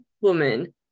woman